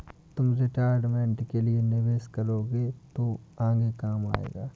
तुम रिटायरमेंट के लिए निवेश करोगे तो आगे काम आएगा